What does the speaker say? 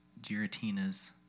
Giratina's